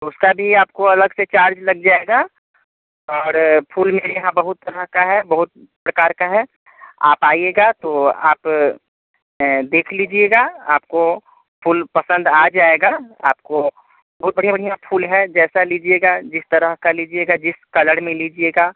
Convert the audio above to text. उसका भी आपको अलग से चार्ज लग जाएगा और फूल मेरे यहाँ बहुत तरह का है बहुत प्रकार का है आप आइएगा तो आप देख लीजिएगा आपको फूल पसंद आ जाएगा आपको बहुत बढ़िया बढ़िया फूल हैं जैसा लीजिए जिस तरह का लीजिएगा जिस कलर में लीजिएगा